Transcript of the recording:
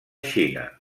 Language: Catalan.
xina